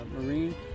Marine